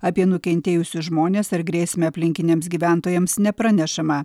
apie nukentėjusius žmones ar grėsmę aplinkiniams gyventojams nepranešama